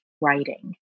writing